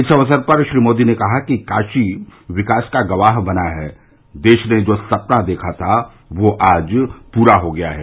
इस अवसर पर श्री मोदी ने कहा कि काशी विकास का गवाह बना है देश ने जो सपना देखा था आज वह पूरा हो गया है